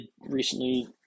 recently